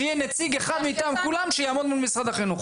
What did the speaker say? שיהיה נציג אחד מטעם כולם שיעמוד מול משרד החינוך.